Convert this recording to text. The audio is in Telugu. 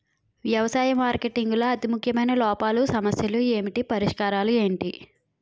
వ్యవసాయ మార్కెటింగ్ లో అతి ముఖ్యమైన లోపాలు సమస్యలు ఏమిటి పరిష్కారాలు ఏంటి?